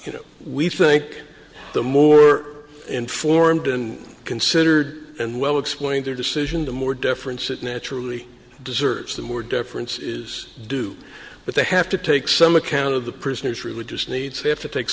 you know we think the more informed and considered and well explained their decision the more deference it naturally deserves the more deference is due but they have to take some account of the prisoners religious needs have to take